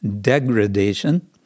degradation